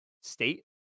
state